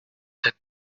sept